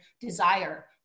desire